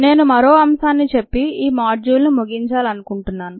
నేను మరో అంశాన్ని మీకు చెప్పి ఈ మాడ్యూల్ను ముగించాలనుకుంటున్నాను